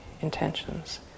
intentions